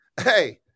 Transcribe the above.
hey